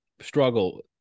struggle